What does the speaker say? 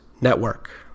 Network